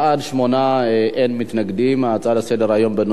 ההצעה לסדר-היום בנושא: איומים על עובדי "כלל ביטוח"